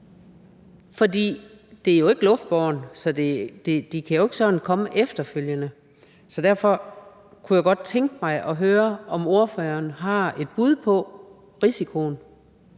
For det er jo ikke luftbåret. Så det kan jo ikke sådan komme efterfølgende. Derfor kunne jeg godt tænke mig at høre, om ordføreren har et bud på risikoen.